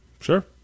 Sure